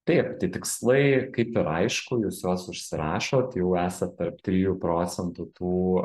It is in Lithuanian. taip tai tikslai kaip ir aišku jūs juos užsirašot jau esat tarp trijų procentų tų